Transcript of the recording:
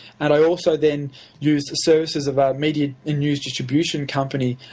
and i also then used the services of media and news distribution company,